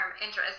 interest